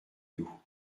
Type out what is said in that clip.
loups